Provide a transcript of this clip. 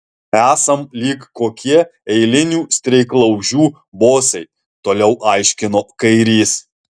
esam lyg kokie eilinių streiklaužių bosai toliau aiškino kairys